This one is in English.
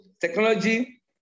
technology